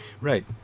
Right